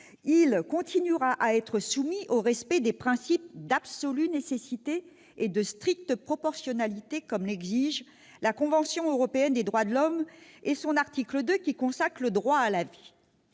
il continuera à être soumis au respect des principes d'« absolue nécessité » et de « stricte proportionnalité », comme l'exige la convention européenne des droits de l'homme dans son article 2, qui consacre le droit à la vie.